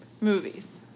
Movies